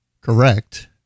Correct